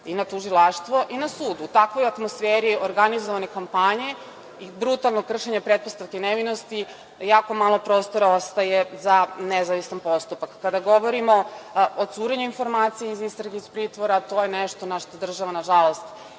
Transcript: i na tužilaštvo i na sudu. U takvoj atmosferi organizovane kompanije, brutalno kršenje pretpostavke nevinosti, jako malo prostora ostaje za nezavistan postupak. Kada govorimo o curenju informacija iz istrage i iz pritvora, to je nešto na šta država, nažalost